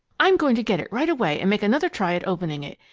i'm going to get it right away and make another try at opening it.